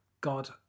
god